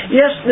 yes